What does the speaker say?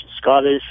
Scottish